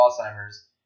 Alzheimer's